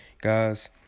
guys